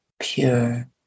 pure